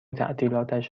تعطیلاتش